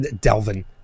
Delvin